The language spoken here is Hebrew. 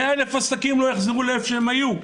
100,000 עסקים לא יחזרו לאיפה שהם היו.